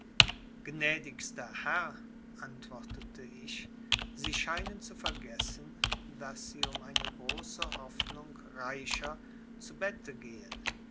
gnädigster herr antwortete ich sie scheinen zu vergessen daß sie um eine große hoffnung reicher zu bette gehen